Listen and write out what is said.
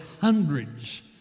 hundreds